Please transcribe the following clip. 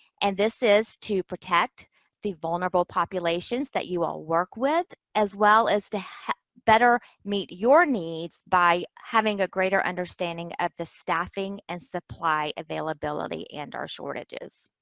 and this is to protect the vulnerable populations that you all work with, as well as to better meet your needs by having a greater understanding at the staffing and supply availability and or shortages.